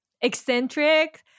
eccentric